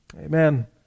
Amen